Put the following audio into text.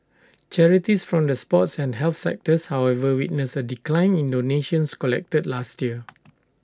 charities from the sports and health sectors however witnessed A decline in donations collected last year